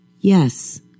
Yes